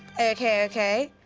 okay okay,